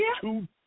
two